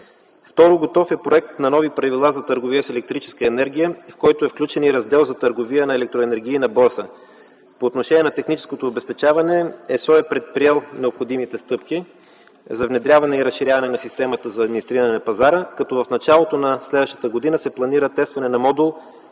Второ, готов е проект на нови правила за търговия с електрическа енергия, в който е включен и раздел за търговия на електроенергийна борса. По отношение на техническото обезпечаване ЕСО е предприел необходимите стъпки за внедряване и разширяване на системата за администриране на пазара, като в началото на следващата година се планира тестване на модул,